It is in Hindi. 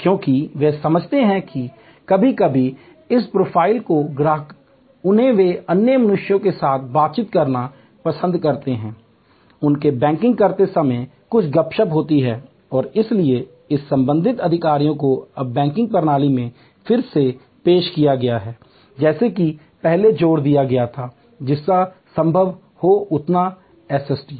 क्योंकि वे समझते हैं कि कभी कभी इस प्रोफ़ाइल के ग्राहक जिन्हें वे अन्य मनुष्यों के साथ बातचीत करना पसंद करते हैं उनके बैंकिंग करते समय कुछ गपशप होती है और इसलिए इन संबंध अधिकारियों को अब बैंकिंग प्रणाली में फिर से पेश किया गया है जैसा कि पहले जोर दिया गया था जितना संभव हो उतना एसएसटी